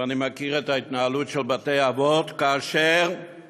ואני מכיר את ההתנהלות של בתי-האבות, כאשר